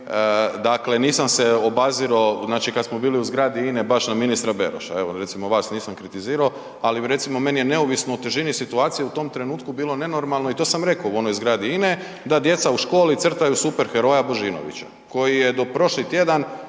dakle nisam se obazirao, znači kad smo bili u zgradi INA-e, baš na ministra Beroša, evo recimo vas nisam kritizirao, ali recimo meni je neovisno o težini situacije, u tom trenutku bilo nenormalno i to sam reko u onoj zgradi INA-e da djeca u školi crtaju super heroja Božinovića koji je do prošli tjedan